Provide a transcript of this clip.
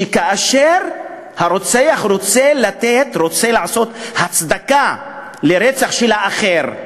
שכאשר הרוצח רוצה לתת הצדקה לרצח של האחר,